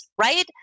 Right